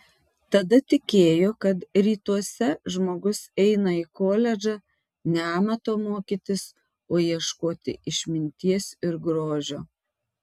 tada tikėjo kad rytuose žmogus eina į koledžą ne amato mokytis o ieškoti išminties ir grožio